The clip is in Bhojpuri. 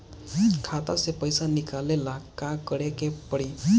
खाता से पैसा निकाले ला का करे के पड़ी?